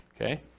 Okay